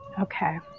Okay